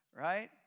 right